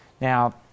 Now